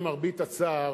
למרבה הצער,